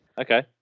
Okay